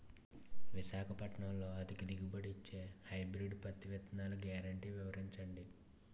విశాఖపట్నంలో అధిక దిగుబడి ఇచ్చే హైబ్రిడ్ పత్తి విత్తనాలు గ్యారంటీ వివరించండి?